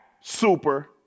super